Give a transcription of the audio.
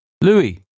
Louis